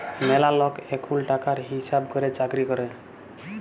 ম্যালা লক এখুল টাকার হিসাব ক্যরের চাকরি ক্যরে